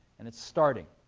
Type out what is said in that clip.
and it's starting.